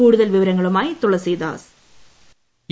കൂടുതൽ വിവരങ്ങളുമായി തുളസീദാസ്